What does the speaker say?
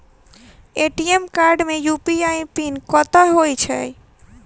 ATM card मे UPI PIN कतह होइ है?